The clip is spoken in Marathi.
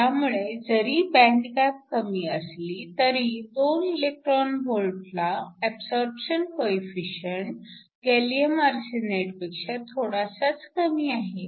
त्यामुळे जरी बँड गॅप कमी असली तरी 2 eV ला ऍबसॉरप्शन कोइफिसिएंट गॅलीअम आर्सेनाईडपेक्षा थोडासाच कमी आहे